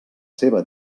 seva